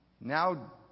Now